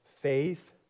Faith